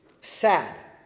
sad